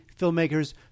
filmmakers